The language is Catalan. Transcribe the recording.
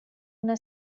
una